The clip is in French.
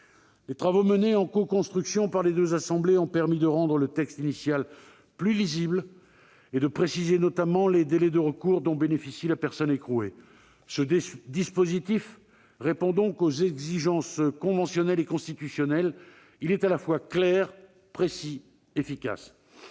Les travaux menés en coconstruction par les deux assemblées ont permis de rendre le texte initial plus lisible et notamment de préciser les délais de recours dont bénéficie la personne écrouée. Ce dispositif répond donc aux exigences conventionnelles et constitutionnelles. Il est à la fois clair, précis, efficace.